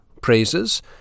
praises